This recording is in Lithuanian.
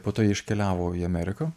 po to jie iškeliavo į ameriką